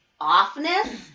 offness